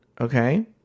okay